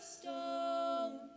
stone